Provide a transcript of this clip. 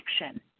action